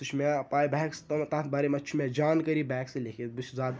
سُہ چھُ مےٚ پَے بہٕ ہٮ۪کہٕ سُہ تَتھ بارے منٛز چھُ مےٚ جانکٲری بہٕ ہٮ۪کہٕ سُہ لیکھِتھ بہٕ چھُس اَتھ